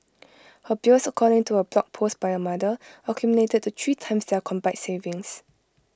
her bills according to A blog post by her mother accumulated to three times their combined savings